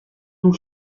tout